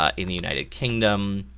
ah in the united kingdom,